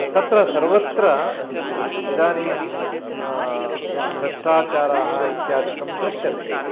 तत्र सर्वत्र इदानीं भ्रष्टाचाराः इत्यादिकं दृश्यते